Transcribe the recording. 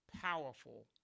powerful